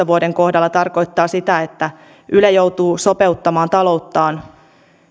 vuoden kahdestuhanneskuudestoista kohdalla tarkoittaa sitä että yle joutuu sopeuttamaan talouttaan